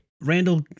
Randall